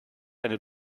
eine